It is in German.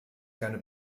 gerne